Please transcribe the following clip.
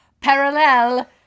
parallel